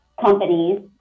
companies